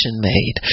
made